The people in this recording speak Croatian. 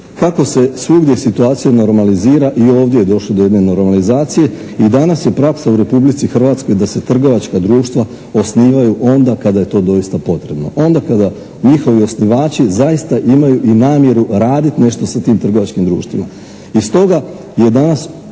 kako se svugdje situacija normalizira i ovdje je došlo do jedne normalizacije i danas je praksa u Republici Hrvatskoj da se trgovačka društva osnivaju onda kada je to doista potrebno. Onda kada njihovi osnivači zaista imaju i namjeru raditi nešto sa tim trgovačkim društvima.